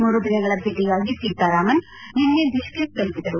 ಮೂರು ದಿನಗಳ ಭೇಟಿಗಾಗಿ ಸೀತಾರಾಮನ್ ನಿನ್ನೆ ಬಿಷ್ಕೇಕ್ ತಲುಪಿದರು